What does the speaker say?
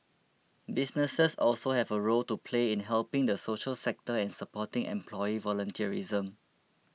businesses also have a role to play in helping the social sector and supporting employee volunteerism